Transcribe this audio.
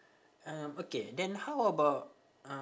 um okay then how about uh